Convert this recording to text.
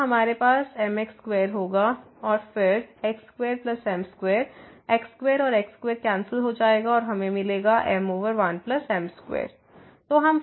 तो यहाँ हमारे पास mx2 होगा और फिर x2 m2 x2 और x2 कैंसिल हो जाएगा और हमें मिलेगा m 1 m2